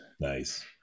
Nice